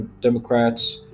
democrats